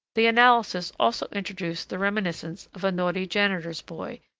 the analysis also introduced the reminiscence of a naughty janitor's boy,